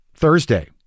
Thursday